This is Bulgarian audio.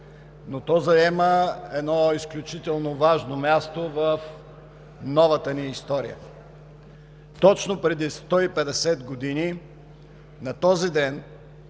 но то заема едно изключително важно място в новата ни история. Точно преди 150 години на този ден